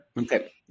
Okay